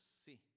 see